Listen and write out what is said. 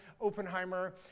Oppenheimer